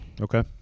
Okay